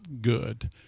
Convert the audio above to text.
good